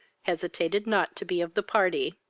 hesitated not to be of the party.